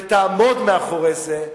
ותעמוד מאחורי זה,